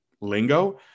lingo